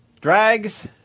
drags